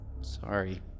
Sorry